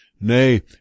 Nay